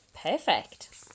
perfect